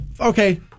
Okay